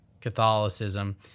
Catholicism